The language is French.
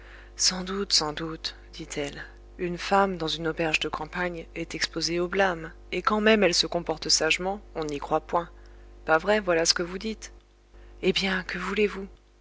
sans doute sans doute dit-elle une femme dans une auberge de campagne est exposée au blâme et quand même elle se comporte sagement on n'y croit point pas vrai voilà ce que vous dites eh bien que voulez-vous